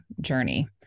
journey